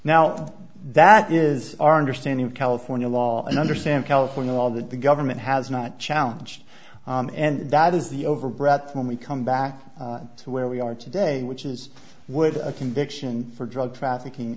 now that is our understanding of california law and understand california law that the government has not challenged and that is the over breath when we come back to where we are today which is with a conviction for drug trafficking